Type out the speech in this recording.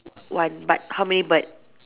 one but how many bird